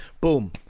boom